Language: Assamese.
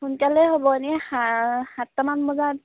সোনকালে হ'ব এনেই সাতটামান বজাত